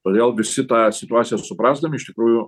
todėl visi tą situaciją suprasdami iš tikrųjų